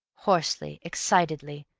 hoarsely, excitedly,